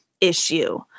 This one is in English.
issue